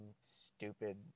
stupid